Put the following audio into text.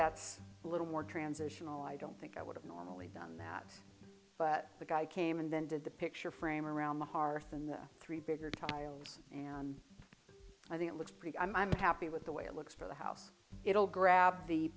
that's a little more transitional i don't think i would have normally done that but the guy came and then did the picture frame around the hearth and three bigger tiles i think it looks pretty i'm happy with the way it looks for the house it'll grab the